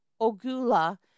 Ogula